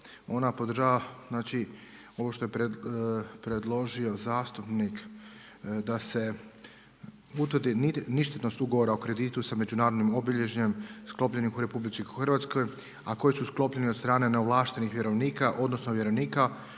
Ona podržava znači ovo što je predložio zastupnik da se utvrdi ništetnost ugovora o kreditu sa međunarodnim obilježjem sklopljenih u RH a koje su sklopljene od strane neovlaštenih vjerovnika, odnosno vjerovnika